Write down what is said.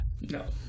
no